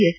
S